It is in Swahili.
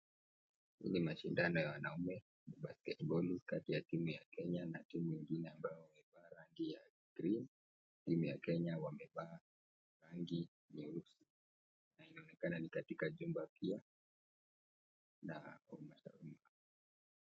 Hii ni mashindano ya wanaume ya basketball kati ya timu ya Kenya na timu ingine ambayo imevaa rangi ya green ,timu ya Kenya imevaa rangi nyeusi na inaonekana ni katika jumba pia kuna mashabiki.